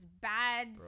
bad